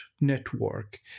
network